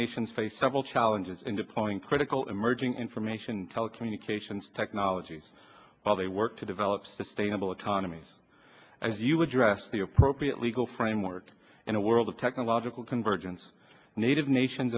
nations face several challenges in deploying critical emerging information telecommunications technologies while they work to develop sustainable autonomy as you would dress the appropriate legal framework in a world of technological convergence native nations